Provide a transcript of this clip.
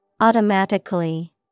Automatically